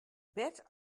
bert